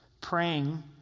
praying